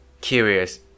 Curious